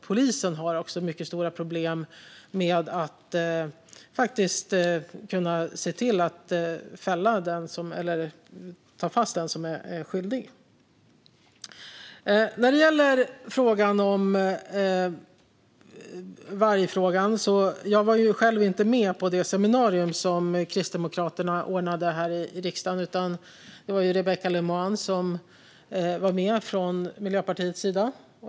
Polisen har också mycket stora problem med att kunna se till att ta fast den som är skyldig. När det gäller vargfrågan var jag själv inte med på det seminarium som Kristdemokraterna ordnade här i riksdagen, utan det var Rebecka Le Moine som var med från Miljöpartiets sida.